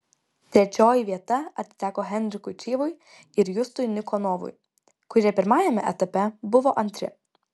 trečioji vieta atiteko henrikui čyvui ir justui nikonovui kurie pirmajame etape buvo antri